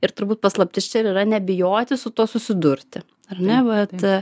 ir turbūt paslaptis čia ir yra nebijoti su tuo susidurti ar ne vat